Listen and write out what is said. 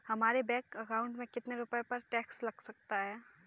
हमारे bank account में कितने रुपये पर टैक्स लग सकता है?